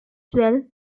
well